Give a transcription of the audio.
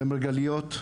במרגליות,